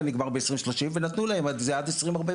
נגמר ב- 2030 ונתנו להם את זה עד 2045,